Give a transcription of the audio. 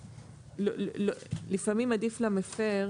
שלפעמים עדיף למפר